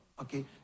okay